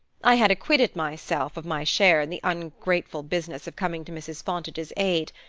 i had acquitted myself of my share in the ungrateful business of coming to mrs. fontage's aid,